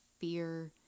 fear